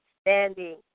standing